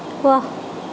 ৱাহ